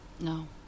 No